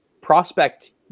prospect